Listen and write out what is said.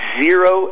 zero